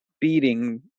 beating